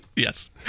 Yes